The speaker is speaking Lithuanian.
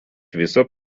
viso